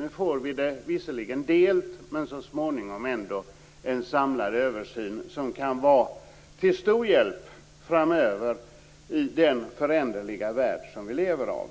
Nu får vi det visserligen bara delvis, men så småningom får vi ändå en samlad översyn som kan vara till stor hjälp framöver i den föränderliga värld som vi lever i.